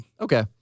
Okay